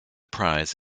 prize